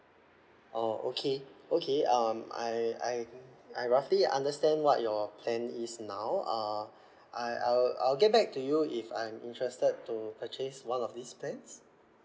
oh okay okay um I I I roughly understand what your plan is now uh I I'll I'll get back to you if I'm interested to purchase one of these plans